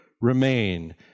remain